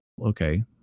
okay